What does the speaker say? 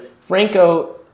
Franco